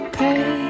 pay